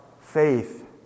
faith